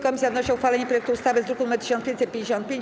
Komisja wnosi o uchwalenie projektu ustawy z druku nr 1555.